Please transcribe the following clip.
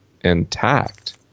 intact